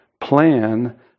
plan